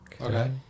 Okay